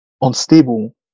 unstable